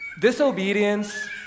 Disobedience